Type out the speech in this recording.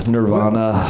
Nirvana